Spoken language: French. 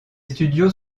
studios